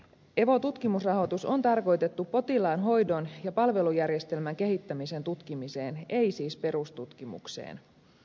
evo tutkimusrahoitus on tarkoitettu potilaan hoidon ja palvelujärjestelmän kehittämisen tutkimiseen ei siis perustutkimukseen